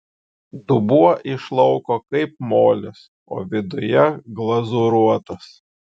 dubuo iš lauko kaip molis o viduje glazūruotas